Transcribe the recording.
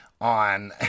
on